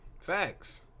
Facts